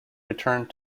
returned